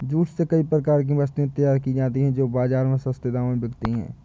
jute से कई प्रकार की वस्तुएं तैयार की जाती हैं जो बाजार में सस्ते दामों में बिकती है